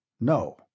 No